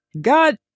God